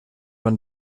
man